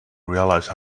realize